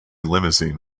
limousine